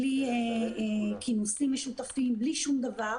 בלי כינוסים משותפים, בלי שום דבר.